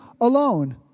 alone